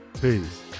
Peace